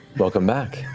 welcome back.